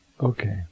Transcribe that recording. Okay